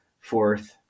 fourth